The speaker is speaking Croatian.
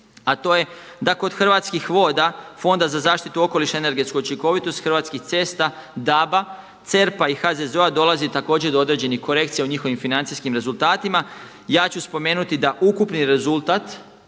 a to je da kod Hrvatskih voda, Fonda za zaštitu okoliša i energetsku učinkovitost, Hrvatskih cesta, DAB-a, CERP-a i HZZO-a dolazi također do određenih korekcija u njihovim financijskim rezultatima. Ja ću spomenuti da ukupni rezultat